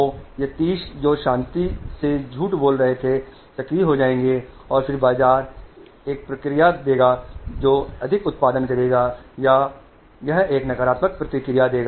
तो ये जो 30 है वे शांति से पड़े हुए हैंऔर वे सक्रिय हो जाएंगे और फिर यहां एक फीडबैक देगा जो अधिक उत्पादन करे या अगर यह एक नकारात्मक फीडबैक देगा